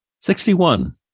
Sixty-one